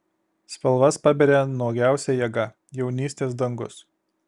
spalvas paberia nuogiausia jėga jaunystės dangus